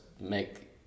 make